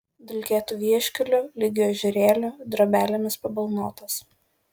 dulkėtu vieškeliu lygiu ežerėliu drobelėmis pabalnotas